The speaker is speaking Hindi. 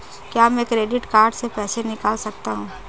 क्या मैं क्रेडिट कार्ड से पैसे निकाल सकता हूँ?